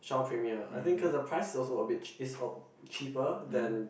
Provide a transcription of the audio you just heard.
Shaw Premiere I think cause the price is also a bit is cheaper than